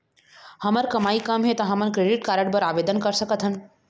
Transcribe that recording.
हमर कमाई कम हे ता हमन क्रेडिट कारड बर आवेदन कर सकथन?